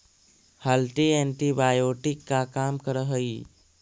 हल्दी एंटीबायोटिक का काम करअ हई